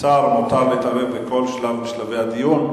לשר מותר להתערב בכל שלב משלבי הדיון,